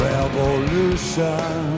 Revolution